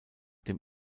dem